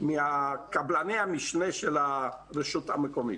מקבלני המשנה של הרשות המקומית.